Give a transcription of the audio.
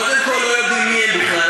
קודם כול לא יודעים מי הם בכלל,